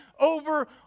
over